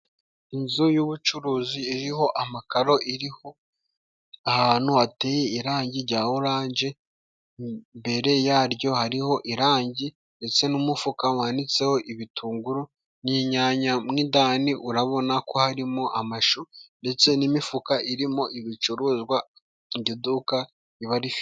Inzu y'ubucuruzi iriho amakaro, iriho ahantu hateye irangi rya oranje, mbere yaryo hariho irangi ndetse n'umufuka wanitseho ibitunguru, n'inyanya mw'indani urabona ko harimo amashu ndetse n'imifuka irimo ibicuruzwa iryo duka riba rifite....